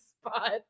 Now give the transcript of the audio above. spot